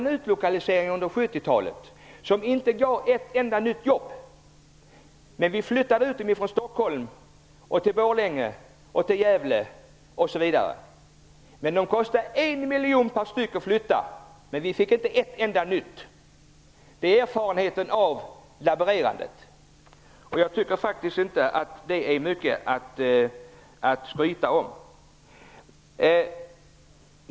Under 70-talet genomfördes en utlokalisering som inte gav ett enda nytt jobb. Vi flyttade verksamhet från Stockholm till Borlänge, Gävle osv. De kostade en miljon per styck att flytta men vi fick inte ett enda nytt jobb. Detta är en erfarenhet av sådant laborerande. Jag tycker faktiskt inte att det är mycket att skryta med.